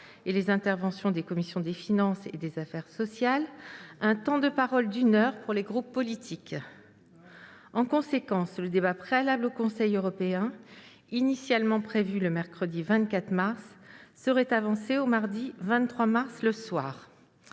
et les interventions des commissions des finances et des affaires sociales, un temps de parole d'une heure pour les groupes politiques. En conséquence, le débat préalable au Conseil européen, initialement prévu le mercredi 24 mars 2021, serait avancé au mardi 23 mars 2021, le soir.